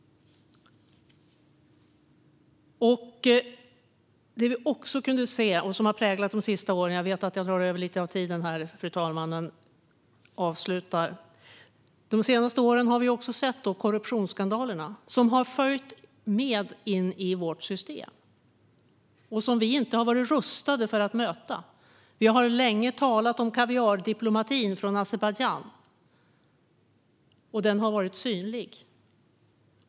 Det vi också kunde se, och som har präglat de senaste åren, är korruptionsskandaler. De har följt med in i vårt system. Vi har inte varit rustade att möta dem. Länge har vi talat om kaviardiplomatin från Azerbajdzjan, och den har varit synlig.